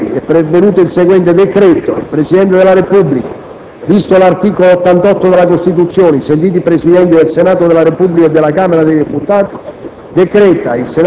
Onorevoli colleghi, è pervenuto il seguente decreto: «Il Presidente della Repubblica VISTO l'articolo 88 della Costituzione; SENTITI i Presidenti del Senato della Repubblica e della Camera dei deputati;